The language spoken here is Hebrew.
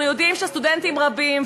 אנחנו יודעים שסטודנטים רבים,